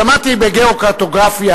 שמעתי מ"גיאוקרטוגרפיה"